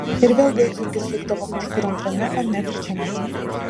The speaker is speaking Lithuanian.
ir vėl gaidjurgis likdavo kažkur antrame ar net trečiame plane